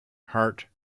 hart